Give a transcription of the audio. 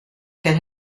can